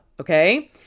Okay